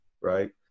Right